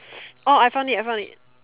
orh I found it I found it